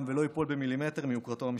ולא ייפול מילימטר מיוקרתו המשפטית.